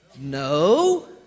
No